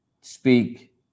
speak